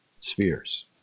spheres